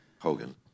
Hogan